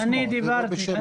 ולא בשם המשותפת.